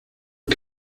que